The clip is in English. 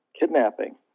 kidnapping